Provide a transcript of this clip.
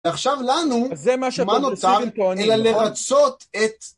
עכשיו לנו, מה נוצר, אלא לרצות את